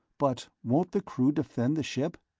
but won't the crew defend the ship?